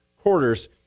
quarters